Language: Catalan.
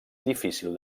difícil